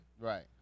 Right